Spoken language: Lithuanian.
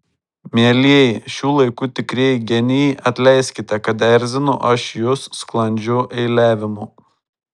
mielieji šių laikų tikrieji genijai atleiskite kad erzinu aš jus sklandžiu eiliavimu